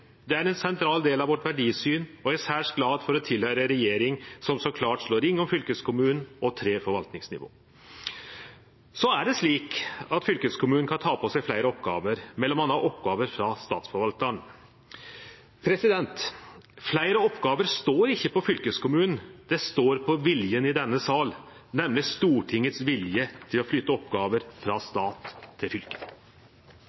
Det er ein sentral del av vårt verdisyn, og eg er særs glad for å tilhøyre ei regjering som så klart slår ring om fylkeskommunen og tre forvaltningsnivå. Så er det slik at fylkeskommunen kan ta på seg fleire oppgåver, m.a. oppgåver frå statsforvaltaren. Å få fleire oppgåver står ikkje på fylkeskommunen, det står på viljen i denne sal, nemleg Stortingets vilje til å flytte oppgåver frå